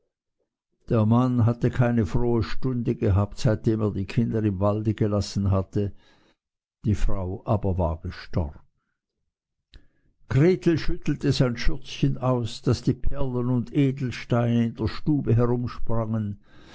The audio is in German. der mann hatte keine frohe stunde gehabt seitdem er die kinder im walde gelassen hatte die frau aber war gestorben gretel schüttete sein schürzchen aus daß die perlen und edelsteine in der stube herumsprangen